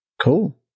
Cool